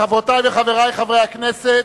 חברותי וחברי חברי הכנסת,